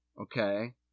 Okay